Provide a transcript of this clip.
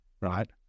right